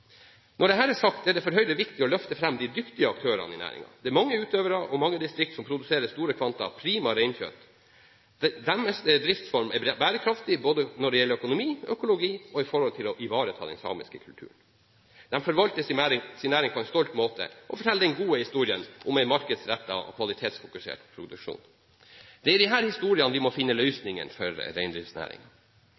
Når det er sagt, er det for Høyre viktig å løfte fram de dyktige aktørene i næringen. Det er mange utøvere og mange distrikt som produserer store kvanta prima reinkjøtt. Deres driftsform er bærekraftig når det gjelder både økonomi, økologi og å ivareta den samiske kultur. De forvalter sin næring på en stolt måte og forteller den gode historien om en markedsrettet og kvalitetsfokusert produksjon. Det er i disse historiene vi må finne